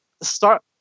start